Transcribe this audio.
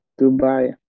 Dubai